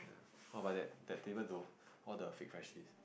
oh but that the table know all the fake Freshies